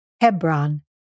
Hebron